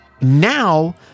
now